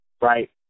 right